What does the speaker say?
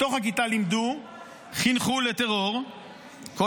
בתוך הכיתה לימדו, חינכו לטרור.